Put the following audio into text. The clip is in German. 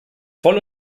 voll